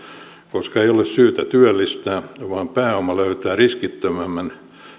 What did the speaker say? koska ei ole syytä työllistää vaan pääoma löytää riskittömämmän